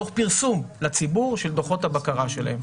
תוך פרסום לציבור של דוחות הבקרה שלהם.